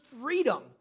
freedom